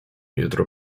jutro